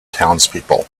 townspeople